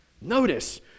Notice